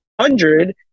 hundred